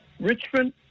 Richmond